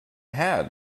had